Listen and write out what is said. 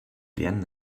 lernen